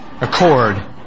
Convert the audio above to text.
Accord